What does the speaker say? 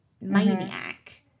maniac